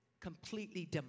completely